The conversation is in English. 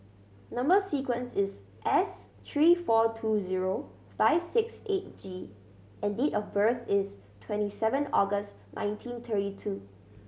number sequence is S three four two zero five six eight G and date of birth is twenty seven August nineteen thirty two